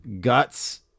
Guts